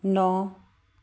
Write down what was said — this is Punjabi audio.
ਨੌ